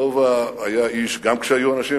לובה היה איש גם כשהיו אנשים,